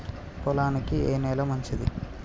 పొలానికి ఏ నేల మంచిది?